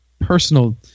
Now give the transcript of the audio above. personal